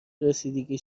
رسیدگی